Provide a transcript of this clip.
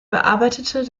bearbeitete